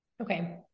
Okay